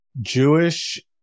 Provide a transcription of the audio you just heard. Jewish